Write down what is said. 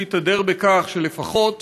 הוא התהדר בכך שלפחות